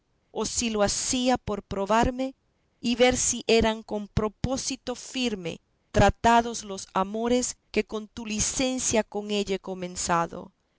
o si lo hacía por probarme y ver si eran con propósito firme tratados los amores que con tu licencia con ella he comenzado